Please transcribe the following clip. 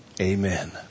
Amen